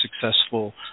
successful